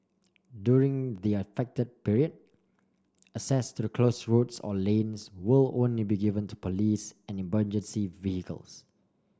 during the affected period access to the close roads or lanes will only be given to police and emergency vehicles